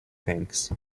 tanks